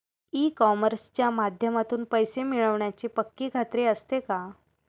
E कॉमर्सच्या माध्यमातून पैसे मिळण्याची पक्की खात्री असते का?